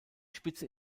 spitze